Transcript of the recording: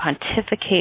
pontificate